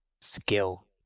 skill